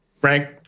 Frank